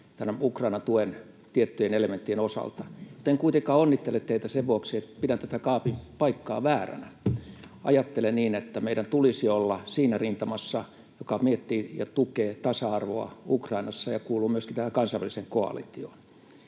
tämän Ukrainan tuen tiettyjen elementtien osalta. En kuitenkaan onnittele teitä sen vuoksi, että pidän tätä kaapin paikkaa vääränä. Ajattelen niin, että meidän tulisi olla siinä rintamassa, joka miettii ja tukee tasa-arvoa Ukrainassa ja kuuluu myöskin tähän kansainväliseen koalitioon.